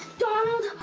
donald!